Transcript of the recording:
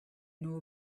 knew